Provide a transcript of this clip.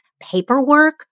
paperwork